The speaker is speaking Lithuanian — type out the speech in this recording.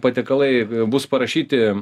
patiekalai bus parašyti